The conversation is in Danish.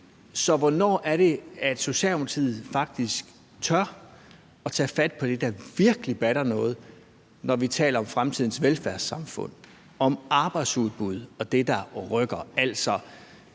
Så hvornår er det, Socialdemokratiet faktisk tør tage fat på det, der virkelig batter noget, når vi taler om fremtidens velfærdssamfund, arbejdsudbud og det, der rykker?